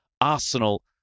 Arsenal